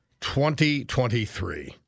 2023